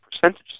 percentage